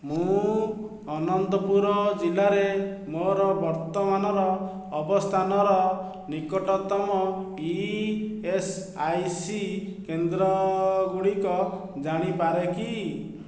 ମୁଁ ଅନନ୍ତପୁର ଜିଲ୍ଲାରେ ମୋର ବର୍ତ୍ତମାନର ଅବସ୍ଥାନର ନିକଟତମ ଇ ଏସ୍ ଆଇ ସି କେନ୍ଦ୍ରଗୁଡ଼ିକ ଜାଣିପାରେ କି